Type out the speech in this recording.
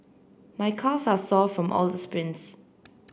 my calves are sore from all the sprints